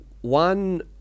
one